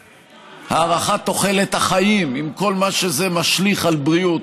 הארכת תוחלת החיים עם כל מה שזה משליך על בריאות,